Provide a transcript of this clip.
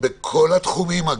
בכל התחומים.